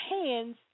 hands